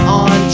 on